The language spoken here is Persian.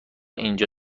اینجا